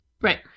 right